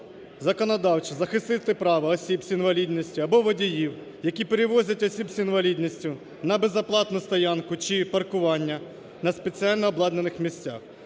законодавчо захистити право осіб з інвалідністю або водіїв, які перевозять осіб з інвалідністю на безоплатну стоянку чи паркування на спеціально обладнаних місцях